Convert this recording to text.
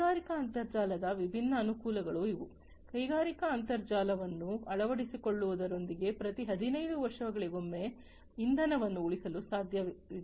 ಕೈಗಾರಿಕಾ ಅಂತರ್ಜಾಲದ ವಿಭಿನ್ನ ಅನುಕೂಲಗಳು ಇವು ಕೈಗಾರಿಕಾ ಅಂತರ್ಜಾಲವನ್ನು ಅಳವಡಿಸಿಕೊಳ್ಳುವುದರೊಂದಿಗೆ ಪ್ರತಿ 15 ವರ್ಷಗಳಿಗೊಮ್ಮೆ ಇಂಧನವನ್ನು ಉಳಿಸಲು ಸಾಧ್ಯವಿದೆ